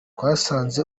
twasanze